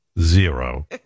Zero